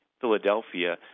Philadelphia